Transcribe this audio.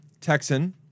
Texan